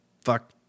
fuck